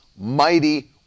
mighty